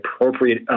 appropriate